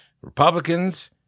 Republicans